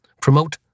Promote